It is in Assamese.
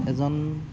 এজন